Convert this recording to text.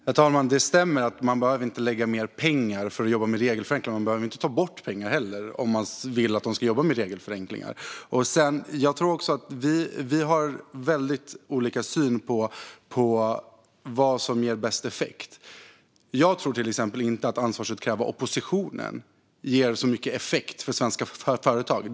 Herr talman! Det stämmer att man inte behöver tillföra mer pengar för att de ska jobba med regelförenklingar. Men man behöver inte heller ta bort pengar om man vill att de ska jobba med regelförenklingar. Jag tror att vi har väldigt olika syn på vad som ger bäst effekt. Jag tror till exempel inte att ett ansvarsutkrävande av oppositionen ger så mycket effekt för svenska företag.